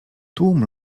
tłum